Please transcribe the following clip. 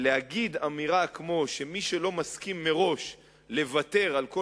להגיד אמירה כמו שמי שלא מסכים מראש לוותר על כל